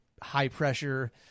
high-pressure